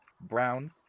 brown